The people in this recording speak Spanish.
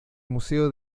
museo